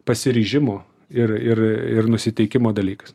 pasiryžimo ir ir ir nusiteikimo dalykas